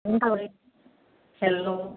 ఏమి కావాలి హలో